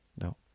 no